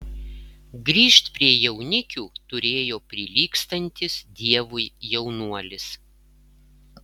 grįžt prie jaunikių turėjo prilygstantis dievui jaunuolis